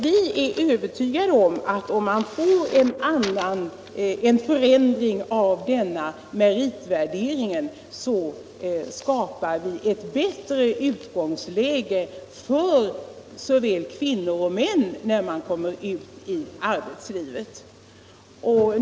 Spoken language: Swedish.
Vi är övertygade om att en förändring av meritvärderingen då skulle skapa ett bättre utgångsläge för såväl kvinnor som män vid ny eller återinträde i arbetslivet.